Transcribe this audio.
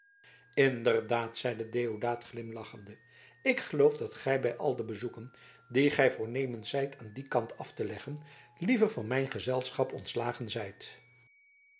inderdaad zeide deodaat glimlachende ik geloof dat gij bij al de bezoeken die gij voornemens zijt aan dien kant af te leggen liever van mijn gezelschap ontslagen zijt